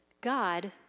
God